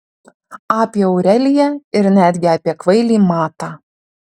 apie aureliją ir netgi apie kvailį matą